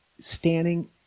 standing